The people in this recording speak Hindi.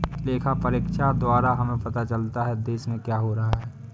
लेखा परीक्षक द्वारा हमें पता चलता हैं, देश में क्या हो रहा हैं?